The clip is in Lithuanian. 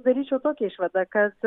daryčiau tokią išvadą kad